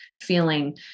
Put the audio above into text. feeling